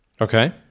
Okay